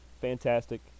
fantastic